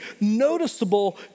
noticeable